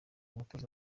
umutoza